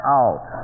out